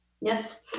Yes